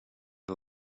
are